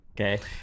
Okay